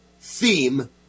theme